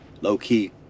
low-key